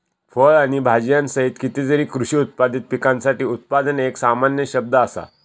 फळ आणि भाजीयांसहित कितीतरी कृषी उत्पादित पिकांसाठी उत्पादन एक सामान्य शब्द असा